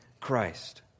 Christ